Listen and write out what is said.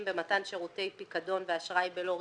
במתן שירותי פיקדון ואשראי בלא ריבית,